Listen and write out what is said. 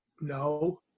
No